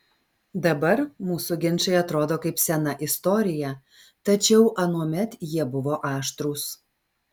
dabar mūsų ginčai atrodo kaip sena istorija tačiau anuomet jie buvo aštrūs